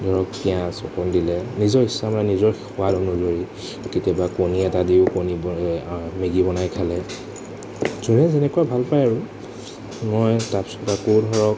ধৰক পিঁয়াজ অকণ দিলে নিজৰ ইচ্ছা মানে নিজৰ সোৱাদ অনুযায়ী কেতিয়াবা কণী এটা দিওঁ কণী বই মেগী বনাই খালে যোনে যেনেকুৱা ভাল পায় আৰু মই তাৰপিছত আকৌ ধৰক